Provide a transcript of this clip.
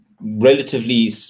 relatively